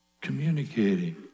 communicating